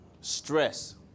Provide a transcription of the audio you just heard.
stress